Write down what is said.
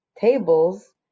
tables